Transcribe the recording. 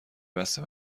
بسته